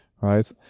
right